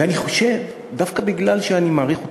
ואני חושב, דווקא בגלל שאני מעריך אותך,